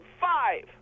five